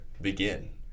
begin